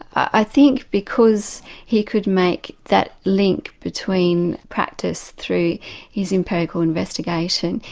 i think because he could make that link between practice through his empirical investigation,